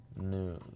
news